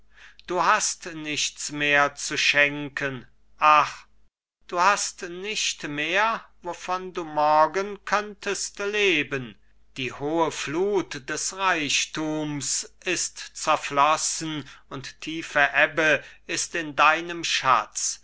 du hast nichts mehr zu schenken ach du hast nicht mehr wovon du morgen könntest leben die hohe flut des reichtums ist zerflossen und tiefe ebbe ist in deinem schatz